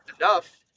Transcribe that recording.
enough